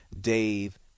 Dave